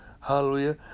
Hallelujah